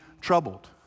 troubled